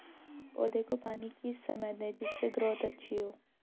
पौधे को पानी किस समय दें जिससे ग्रोथ अच्छी हो?